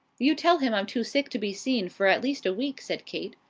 you tell him i'm too sick to be seen for at least a week, said kate.